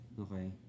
Okay